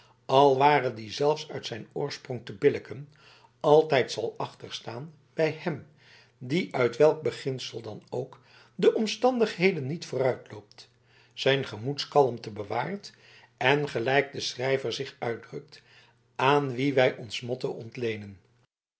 al ware die zelfs uit zijn oorsprong te billijken altijd zal achterstaan bij hem die uit welk beginsel dan ook de omstandigheden niet vooruitloopt zijn gemoedskalmte bewaart en gelijk de schrijver zich uitdrukt aan wien wij ons motto ontleenen